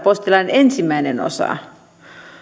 postilain ensimmäinen osa